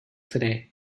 today